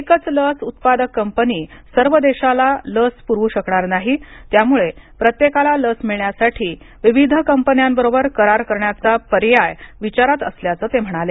एकच लस उत्पादक कंपनी सर्व देशाला लस पुरवू शकणार नाही त्यामुळे प्रत्येकाला लस मिळण्यासाठी विविध कंपन्यांबरोबर करार करण्याचा पर्याय विचारात असल्याचं ते म्हणाले